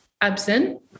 absent